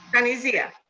sunny zia.